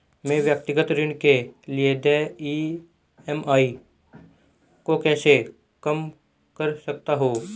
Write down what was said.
मैं व्यक्तिगत ऋण के लिए देय ई.एम.आई को कैसे कम कर सकता हूँ?